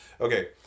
Okay